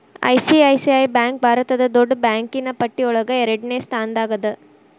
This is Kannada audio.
ಐ.ಸಿ.ಐ.ಸಿ.ಐ ಬ್ಯಾಂಕ್ ಭಾರತದ್ ದೊಡ್ಡ್ ಬ್ಯಾಂಕಿನ್ನ್ ಪಟ್ಟಿಯೊಳಗ ಎರಡ್ನೆ ಸ್ಥಾನ್ದಾಗದ